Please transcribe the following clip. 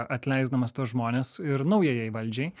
atleisdamas tuos žmones ir naujajai valdžiai